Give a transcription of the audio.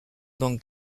banque